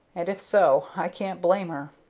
and, if so, i can't blame her.